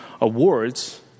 awards